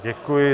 Děkuji.